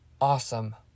awesome